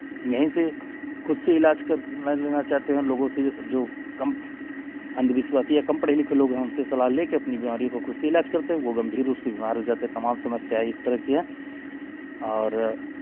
यहीं से खुद से इलाज कर लेना चाहते हैं लोगों से जो कम अंधविश्वासी या कम पढ़े लिखे लोग हैं उनसे सलाह ले कर अपनी बीमारी कोखुद से इलाज करते हैं वो गंभीर रूप से बीमार हो जाते हैं तमाम समस्याएँ इस तरह की हैं और